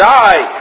die